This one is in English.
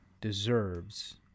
deserves